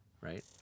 right